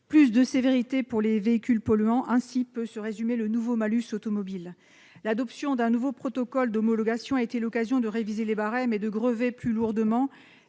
Plus de sévérité pour les véhicules polluants : ainsi peut se résumer le nouveau malus automobile. L'adoption d'un nouveau protocole d'homologation a été l'occasion de réviser les barèmes et de pénaliser plus lourdement